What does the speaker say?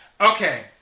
Okay